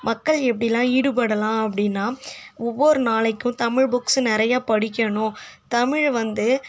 மக்கள் எப்படிலாம் ஈடுபடலாம் அப்படினா ஒவ்வொரு நாளைக்கும் தமிழ் புக்ஸ் நிறைய படிக்கணும் தமிழை வந்து